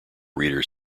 readers